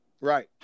Right